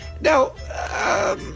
Now